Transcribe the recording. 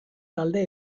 talde